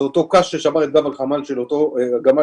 זה אותו קש ששבר את גב הגמל של אותו חולה,